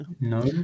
No